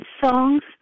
songs